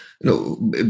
no